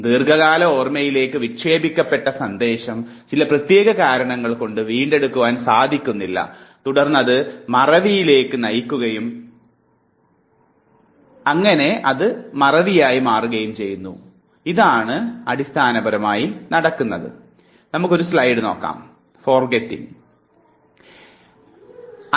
ദീർഘകാല ഓർമ്മയിലേക്ക് വിക്ഷേപിക്കപ്പെട്ട സന്ദേശം ചില പ്രത്യേക കാരണങ്ങൾ കൊണ്ട് വീണ്ടെടുക്കുവാൻ സാധിക്കുന്നില്ല തുടർന്നിത് മറവിയിലേക്ക് നയിക്കുകയും ചെയ്യുന്നു എന്നതാണ് അടിസ്ഥാനപരമായി ഒരു രീതിയിൽ നാം മനസ്സിലാക്കേണ്ടത്